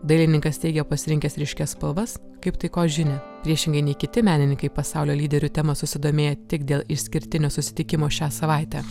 dailininkas teigia pasirinkęs ryškias spalvas kaip taikos žinią priešingai nei kiti menininkai pasaulio lyderių tema susidomėję tik dėl išskirtinio susitikimo šią savaitę